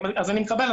אני מקבל.